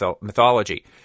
mythology